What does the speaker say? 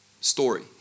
story